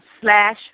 slash